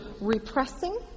repressing